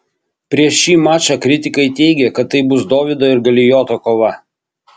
prieš šį mačą kritikai teigė kad tai bus dovydo ir galijoto kova